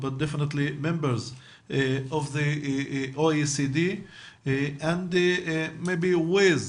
במדינות שונות ב-OECD ואולי נלמד